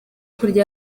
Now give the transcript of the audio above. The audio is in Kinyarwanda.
kurya